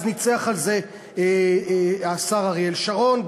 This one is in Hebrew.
אז ניצח על זה השר אריאל שרון.